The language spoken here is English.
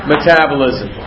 Metabolism